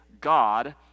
god